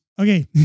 Okay